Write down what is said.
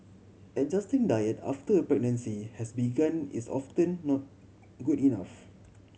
adjusting diet after a pregnancy has begun is often not good enough